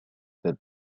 that